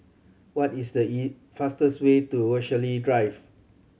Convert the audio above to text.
what is the fastest way to Rochalie Drive